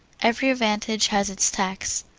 every advantage has its tax.